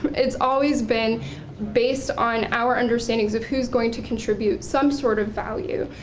it's always been based on our understandings of who's going to contribute some sort of value.